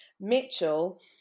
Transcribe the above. mitchell